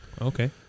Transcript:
Okay